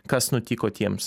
kas nutiko tiems